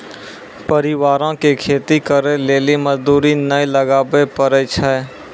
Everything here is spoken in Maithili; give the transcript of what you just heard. परिवारो के खेती करे लेली मजदूरी नै लगाबै पड़ै छै